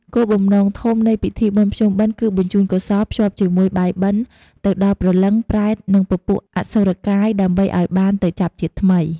គោលបំណងធំនៃពិធីបុណ្យភ្ជុំបិណ្ឌ គឺបញ្ជូនកុសល ភ្ជាប់ជាមួយបាយបិណ្ឌទៅដល់ព្រលឹង ប្រេត និងពពួកអសុរកាយ ដើម្បីឲ្យបានទៅចាប់ជាតិថ្មី។